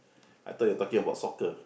I thought you talking about soccer